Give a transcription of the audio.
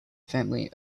family